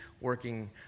working